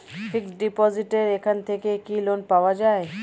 Fix ডিপোজিটের এখান থেকে কি লোন পাওয়া যায়?